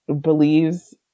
believes